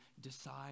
decide